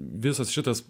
visas šitas